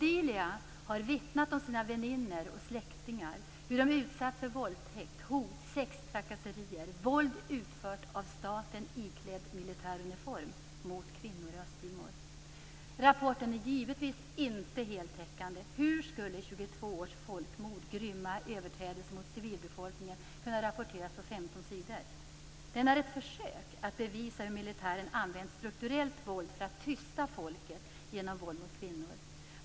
Odilia har vittnat om sina väninnor och släktingar och hur de har utsatts för våldtäkt, hot och sextrakasserier - våld utfört av staten iklädd militär uniform mot kvinnor i Östtimor. Rapporten är givetvis inte heltäckande. Hur skulle 22 års folkmord och grymma överträdelser mot civilbefolkningen kunna rapporteras på 15 sidor? Den är ett försök att bevisa hur militären använt strukturellt våld, våld mot kvinnor, för att tysta folket.